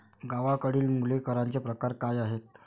गावाकडली मुले करांचे प्रकार काय आहेत?